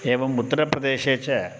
एवम् उत्तरप्रदेशे च